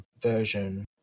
version